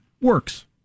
works